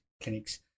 clinics